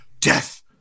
Death